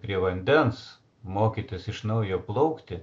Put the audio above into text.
prie vandens mokytis iš naujo plaukti